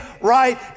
right